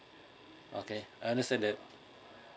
okay I understand that